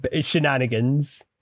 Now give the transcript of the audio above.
shenanigans